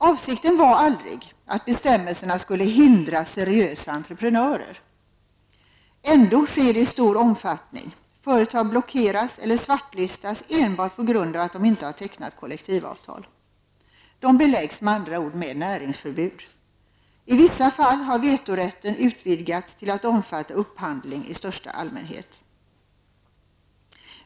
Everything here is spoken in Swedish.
Avsikten var aldrig att bestämmelserna skulle hindra seriösa entreprenörer. Ändå sker det i stor omfattning. Företag blockeras eller svartlistas enbart på grund av att de inte har tecknat kollektivavtal. De beläggs med andra ord med näringsförbud. I vissa fall har vetorätten utvidgats till att omfatta upphandling i största allmänhet.